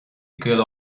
gcill